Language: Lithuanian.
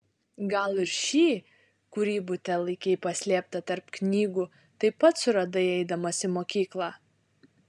gal ir šį kurį bute laikei paslėptą tarp knygų taip pat suradai eidamas į mokyklą